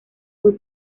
muy